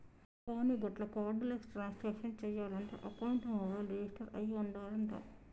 కానీ గట్ల card less transaction చేయాలంటే అకౌంట్ మొబైల్ రిజిస్టర్ అయి ఉండాలంట